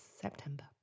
September